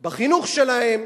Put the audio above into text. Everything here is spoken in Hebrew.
בחינוך שלהם,